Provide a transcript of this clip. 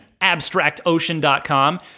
abstractocean.com